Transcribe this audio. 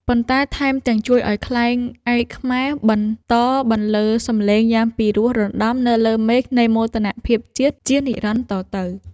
ប៉ុន្តែថែមទាំងជួយឱ្យ ខ្លែងឯកខ្មែរ បន្តបន្លឺសំឡេងយ៉ាងពីរោះរណ្ដំនៅលើមេឃនៃមោទនភាពជាតិជានិរន្តរ៍តទៅ។